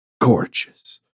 gorgeous